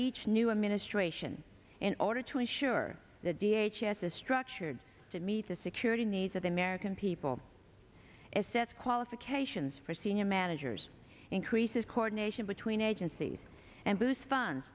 each new administration in order to ensure the d h s s structured to meet the security needs of the american people as sets qualifications for senior managers increases cored nation between agencies and boost fun